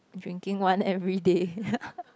drinking one everyday